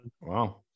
Wow